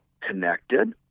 connected